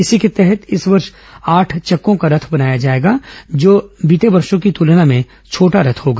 इसी के तहत इस वर्ष आठ चक्कों का रथ बनाया जाएगा जो वर्षो की तुलना में छोटा रथ होगा